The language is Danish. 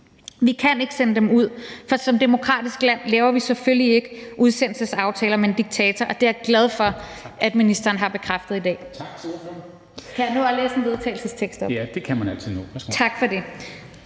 Vi kan ikke sende dem ud, for som et demokratisk land laver vi selvfølgelig ikke udsendelsesaftaler med en diktator, og det er jeg glad for ministeren har bekræftet i dag.